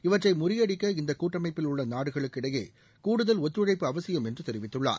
இவற்றை முறியடிக்க இந்த கூட்டமைப்பில் உள்ள நாடுகளுக்கு இடையே கூடுதல் ஒத்துழைப்பு அவசியம் என்று தெரிவித்துள்ளார்